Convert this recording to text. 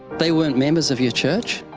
they weren't members of your church?